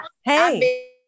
Hey